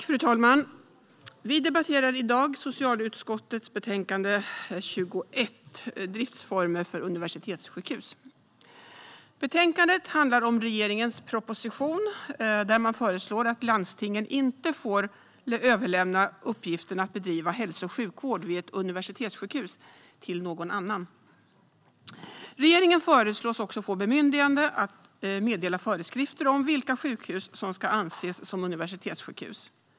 Fru talman! Vi debatterar i dag socialutskottets betänkande 21 Driftsformer för universitetssjukhus . Betänkandet handlar om regeringens proposition, där man föreslår att landstingen inte får överlämna uppgiften att bedriva hälso och sjukvård vid ett universitetssjukhus till någon annan. Regeringen föreslås också få bemyndigande att meddela föreskrifter om vilka sjukhus som ska anses som universitetssjukhus.